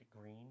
green